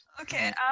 Okay